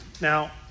Now